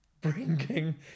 bringing